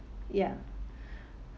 ya